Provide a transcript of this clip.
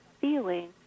feeling